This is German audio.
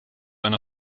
einer